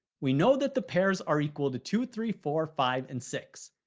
we know that the pairs are equal to two, three, four, five and six.